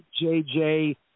JJ